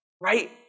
Right